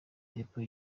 temple